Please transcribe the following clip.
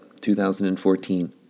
2014